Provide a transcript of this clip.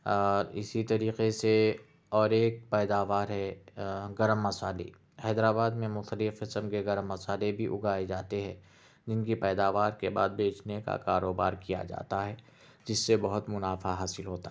اور اسی طریقے سے اور ایک پیدوار ہے گرم مسالے حیدر آباد میں مختلف قسم کے گرم مسالے بھی اگائے جاتے ہیں جن کی پیدوار کے بعد بیچنے کا کاروبار کیا جاتا ہے جس سے بہت منافعہ حاصل ہوتا ہے